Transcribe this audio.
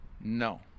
No